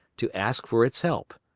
to ask for its help,